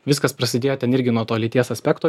viskas prasidėjo ten irgi nuo to lyties aspekto